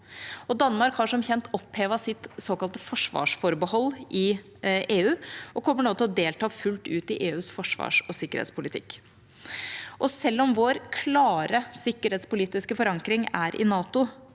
Danmark har som kjent opphevet sitt såkalte forsvarsforbehold i EU og kommer nå til å delta fullt ut i EUs forsvars- og sikkerhetspolitikk. Selv om vår klare sikkerhetspolitiske forankring er i NATO,